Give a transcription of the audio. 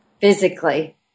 physically